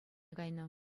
кайнӑ